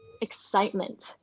excitement